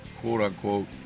quote-unquote